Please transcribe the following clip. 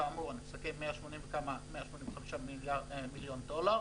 כאמור 185 מיליון דולר.